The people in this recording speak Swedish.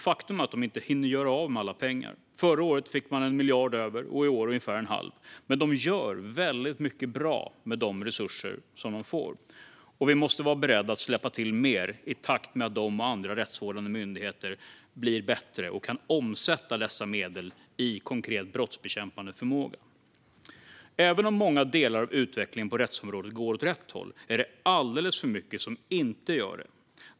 Faktum är att man inte hinner göra av med alla pengar. Förra året fick man 1 miljard över, i år ungefär en halv. Men de gör väldigt mycket bra med de resurser de får, och vi måste vara beredda att släppa till mer i takt med att de och andra rättsvårdande myndigheter blir bättre och kan omsätta dessa medel i konkret brottsbekämpande förmåga. Även om många delar av utvecklingen på rättsområdet går åt rätt håll är det alldeles för mycket som inte gör det.